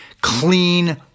clean